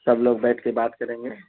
سب لوگ بیٹھ کے بات کریں گے